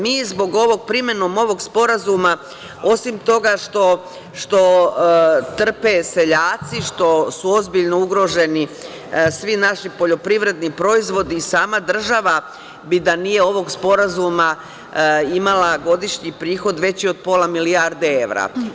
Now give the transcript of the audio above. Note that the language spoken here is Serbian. Mi zbog primene ovog sporazuma, osim toga što trpe seljaci što su ozbiljno ugroženi svi naši poljoprivredni proizvodi, sama država bi da nije ovog Sporazuma imala godišnji prihod veći od pola milijarde evra.